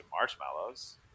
marshmallows